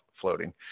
floating